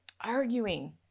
arguing